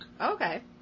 Okay